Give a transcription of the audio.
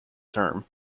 term